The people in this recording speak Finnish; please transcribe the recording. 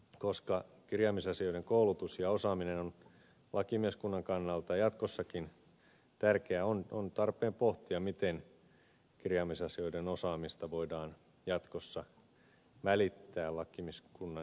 koska kirjaamisasioiden koulutus ja osaaminen on lakimieskunnan kannalta jatkossakin tärkeää on tarpeen pohtia miten kirjaamisasioiden osaamista voidaan jatkossa välittää lakimieskunnan keskuudessa